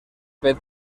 fet